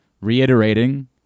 Reiterating